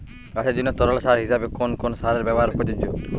গাছের জন্য তরল সার হিসেবে কোন কোন সারের ব্যাবহার প্রযোজ্য?